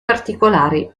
particolari